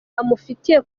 amufitiye